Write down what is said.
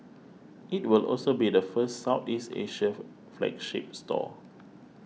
it will also be the first Southeast Asia flagship store